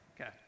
Okay